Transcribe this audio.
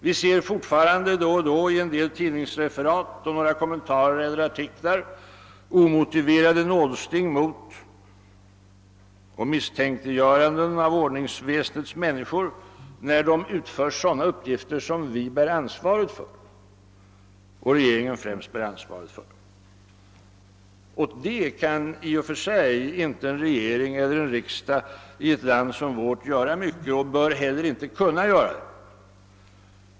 Vi ser fortfarande då och då i en del tidningsreferat, kommentarer eller artiklar omotiverade nålsting mot och misstänkliggörande av ordningsväsendets människor när de utför sådana uppgifter som vi — och främst regeringen — bär ansvaret för. Åt det kan i och för sig inte en regering eller en riksdag i ett land som vårt göra mycket och bör heller inte kunna göra det.